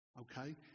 okay